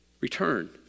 Return